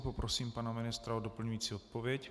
Poprosím pana ministra o doplňující odpověď.